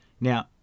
Now